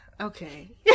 okay